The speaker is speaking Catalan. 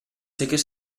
seques